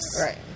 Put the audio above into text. Right